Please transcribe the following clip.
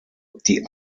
die